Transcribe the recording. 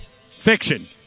Fiction